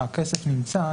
כי ברגע שהכסף נמצא,